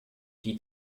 die